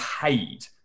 paid